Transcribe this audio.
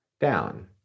down